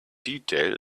detail